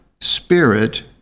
Spirit